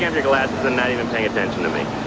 and glasses and not even paying attention to me.